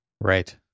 Right